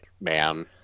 man